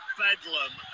bedlam